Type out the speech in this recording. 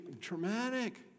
traumatic